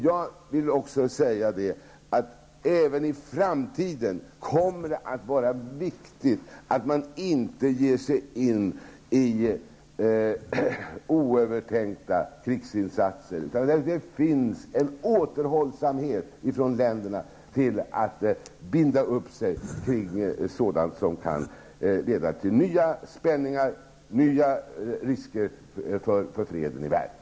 Jag vill också säga att det även i framtiden kommer att vara viktigt att man inte ger sig in i oövertänkta krigsinsatser, utan att länderna visar en återhållsamhet till att binda upp sig kring sådant som kan leda till nya spänningar, nya risker för freden i världen.